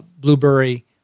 Blueberry